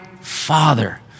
Father